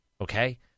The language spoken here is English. okay